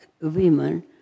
women